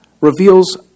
reveals